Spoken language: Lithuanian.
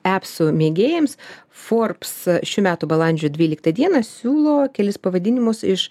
epsų mėgėjams forbes šių metų balandžio dvyliktą dieną siūlo kelis pavadinimus iš